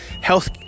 health